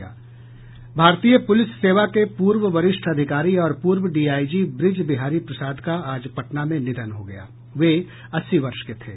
भारतीय पुलिस सेवा के पूर्व वरिष्ठ अधिकारी और पूर्व डीआईजी ब्रज बिहारी प्रसाद का आज पटना में निधन हो गया वे अस्सी वर्ष के थे